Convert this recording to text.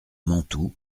mantoue